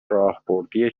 راهبردی